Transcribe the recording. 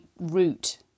route